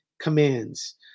commands